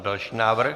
Další návrh.